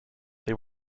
they